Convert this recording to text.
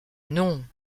non